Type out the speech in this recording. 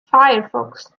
firefox